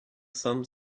some